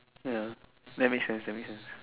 ya that makes sense that makes sense